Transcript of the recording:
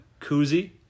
koozie